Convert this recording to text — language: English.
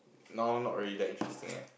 now not really that interesting eh